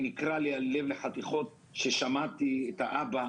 נקרע לי הלב לחתיכות כששמעתי את האבא